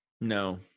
No